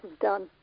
done